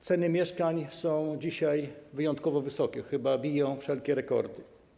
Ceny mieszkań są dzisiaj wyjątkowo wysokie, chyba biją wszelkie rekordy.